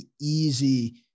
easy